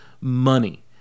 Money